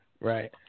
Right